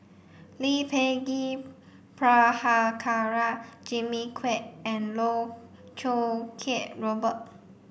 Lee Peh Gee Prabhakara Jimmy Quek and Loh Choo Kiat Robert